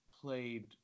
played